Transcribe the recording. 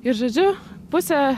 ir žodžiu pusė